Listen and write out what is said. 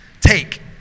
take